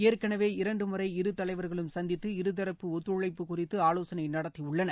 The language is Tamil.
ஏற்கனவே இரண்டு முறை இரு தலைவர்களும் சந்தித்து இருதரப்பு ஒத்துழைப்பு குறித்து ஆலோசனை நடத்தியுள்ளனர்